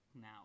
now